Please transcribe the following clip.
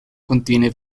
contiene